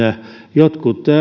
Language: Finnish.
jotkut